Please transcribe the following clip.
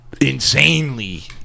insanely